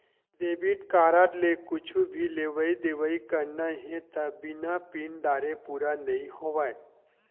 debit card ले कुछु भी लेवइ देवइ करना हे त बिना पिन डारे पूरा नइ होवय